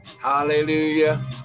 hallelujah